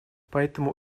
поэтому